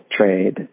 trade